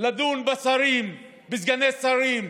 לדון בשרים ובסגני שרים,